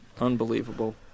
Unbelievable